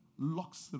luxury